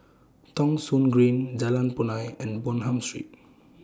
Thong Soon Green Jalan Punai and Bonham Street